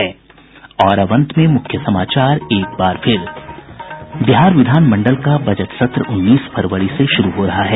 और अब अंत में मुख्य समाचार एक बार फिर बिहार विधान मंडल का बजट सत्र उन्नीस फरवरी से शुरू हो रहा है